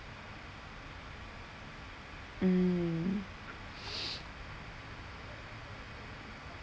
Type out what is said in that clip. mm